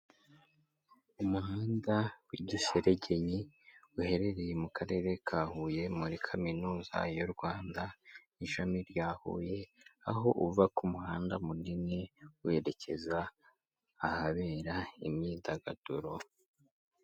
Umuhanda w'i giseregenyi uherereye mu karere ka Huye muri kaminuza y'u Rwanda ishami rya Huye, aho uva ku muhanda munini werekeza ahabera imyidagaduro.